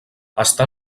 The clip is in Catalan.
està